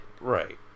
Right